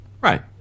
Right